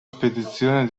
spedizione